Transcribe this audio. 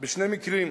בשני מקרים.